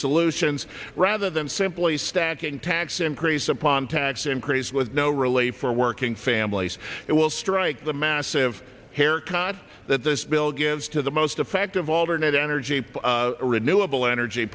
solutions rather than simply stacking tax increase upon tax increases with no relay for working families it will strike the massive haircut that this bill gives to the most effective alternate energy renewable energy